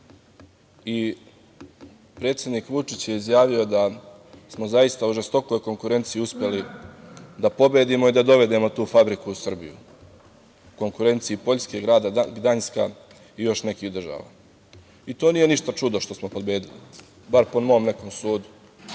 i predsednik Vučić je izjavio da smo zaista u žestokoj konkurenciji uspeli da pobedimo i da dovedemo tu fabriku u Srbiju. Konkurenciji Poljske, grada Gdanjska i još nekih država. I to nije ništa čudno što smo pobedili, bar po mom nekom sudu,